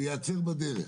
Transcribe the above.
זה ייעצר בדרך.